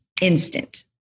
instant